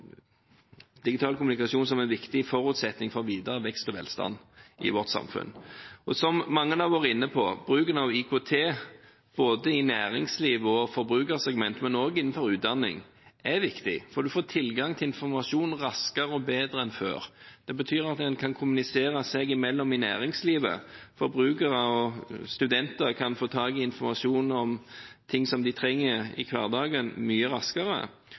digital kommunikasjon som en viktig forutsetning for videre vekst og velstand i vårt samfunn. Som mange har vært inne på: Bruken av IKT både i næringslivet og i forbrukersegmentet, men også innen utdanning, er viktig, for en får tilgang til informasjon raskere og bedre enn før. Det betyr at en kan kommunisere seg imellom i næringslivet, forbrukere og studenter kan mye raskere få tak i informasjon som de trenger i hverdagen,